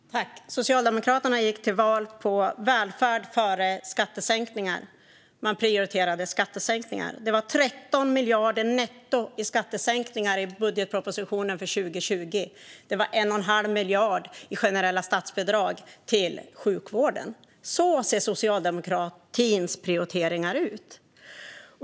Fru talman! Socialdemokraterna gick till val på välfärd före skattesänkningar men prioriterar skattesänkningar. Det är 13 miljarder netto i skattesänkningar i budgetpropositionen för 2020 och 1 1⁄2 miljard i generella statsbidrag till sjukvården. Så ser socialdemokratins prioriteringar ut.